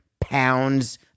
pounds